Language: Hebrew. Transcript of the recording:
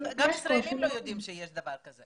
גם ישראלים לא יודעים שיש דבר כזה.